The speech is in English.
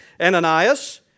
Ananias